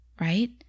right